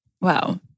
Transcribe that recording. Wow